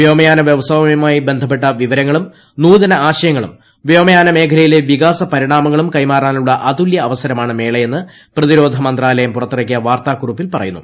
വ്യോമയാന വ്യവസായവുമായി ബന്ധപ്പെട്ട വിവരങ്ങളും നൂതന ആശയങ്ങളും വ്യോമയാന മേഖലയിലെ വികാസ പരിണാമങ്ങളും കൈമാറാനുള്ള അതുലു അവസരമാണ് മേളയെന്ന് പ്രതിരോധ മന്ത്രാലയം പുറത്തിറക്കിയ വാർത്താ കുറിപ്പിൽ പറയുന്നു